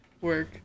work